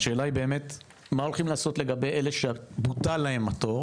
השאלה היא באמת מה הולכים לעשות לגבי אלו שבוטל להם התור